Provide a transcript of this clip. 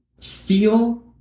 feel